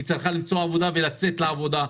היא צריכה למצוא עבודה ולצאת לעבודה.